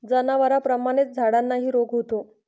जनावरांप्रमाणेच झाडांनाही रोग होतो